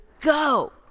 go